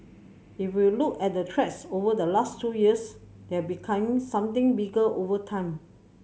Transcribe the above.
if you look at the threats over the last two years they have become something bigger over time